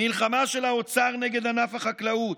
מלחמה של האוצר נגד ענף החקלאות,